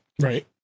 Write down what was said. Right